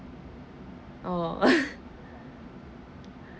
oh